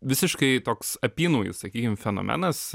visiškai toks apynaujis sakykim fenomenas